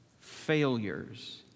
Failures